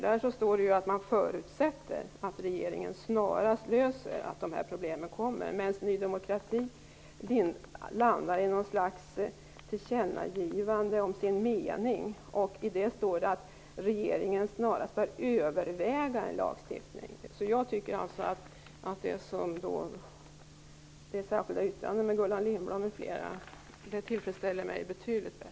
Där står att man förutsätter att regeringen snarast löser dessa problem om de uppkommer. Ny demokrati landar däremot i något slags tillkännagivande om sin mening, där man säger att regeringen snarast bör överväga lagstiftning. Jag tycker alltså att det särskilda yttrandet av Gullan Lindblad m.fl. tillfredsställer mig betydligt bättre.